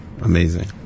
amazing